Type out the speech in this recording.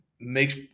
makes